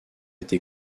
été